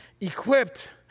Equipped